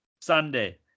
Sunday